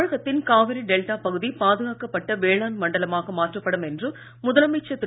தமிழகத்தின் காவிரி டெல்டா பகுதி பாதுகாக்கப்பட்ட வேளாண் மண்டலமாக மாற்றப்படும் என்று முதலமைச்சர் திரு